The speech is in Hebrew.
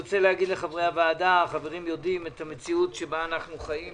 אני רוצה להגיד לחברי הוועדה החברים יודעים את המציאות שבה אנו חיים,